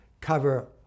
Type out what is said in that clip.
cover